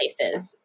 places